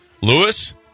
Lewis